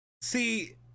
See